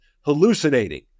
hallucinating